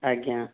ଆଜ୍ଞା